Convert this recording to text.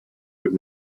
with